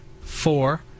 four